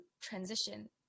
transition